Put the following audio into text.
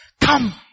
Come